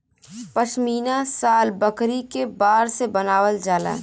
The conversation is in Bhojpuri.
पश्मीना शाल बकरी के बार से बनावल जाला